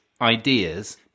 ideas